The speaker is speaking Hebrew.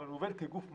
אבל הוא עובד כגוף מטה.